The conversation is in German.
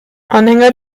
anhänger